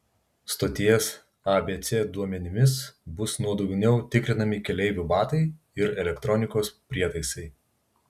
stoties abc duomenimis bus nuodugniau tikrinami keleivių batai ir elektronikos prietaisai